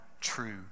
true